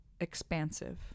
expansive